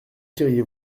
diriez